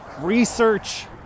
research